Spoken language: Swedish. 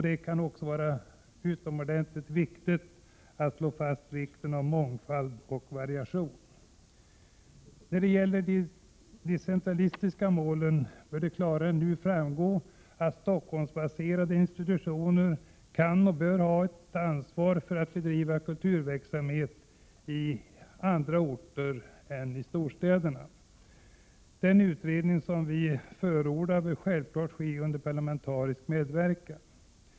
Det kan också finnas anledning att slå fast vikten av mångfald och variation. När det gäller det decentralistiska målet bör det klarare än nu framgå att Stockholmsbaserade institutioner kan ha ett ansvar för att bedriva kulturverksamhet också i andra orter i landet. Den utredning vi förordar bör självfallet ske under parlamentarisk medverkan.